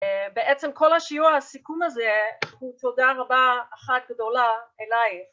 בעצם כל השיעור, הסיכום הזה, הוא תודה רבה אחת גדולה אלייך.